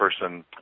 person